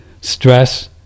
stress